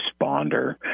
responder